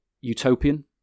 utopian